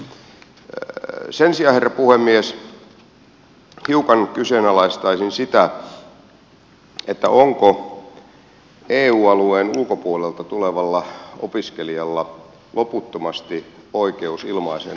sen sijaan herra puhemies hiukan kyseenalaistaisin sitä onko eu alueen ulkopuolelta tulevalla opiskelijalla loputtomasti oikeus ilmaiseen opiskeluun suomessa